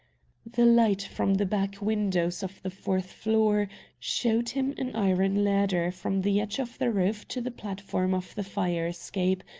the light from the back windows of the fourth floor showed him an iron ladder from the edge of the roof to the platform of the fire-escape,